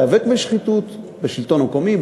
להיאבק בשחיתות בשלטון המקומי,